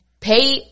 pay